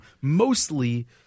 mostly